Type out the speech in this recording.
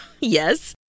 Yes